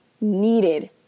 needed